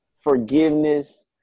forgiveness